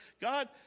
God